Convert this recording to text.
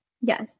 yes